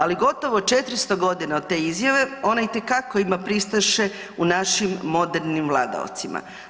Ali gotovo 400 godina od te izjave ona itekako ima pristaše u našim modernim vladaocima.